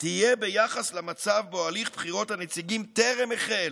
תהיה ביחס למצב שבו הליך בחירות הנציגים טרם החל,